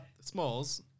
Smalls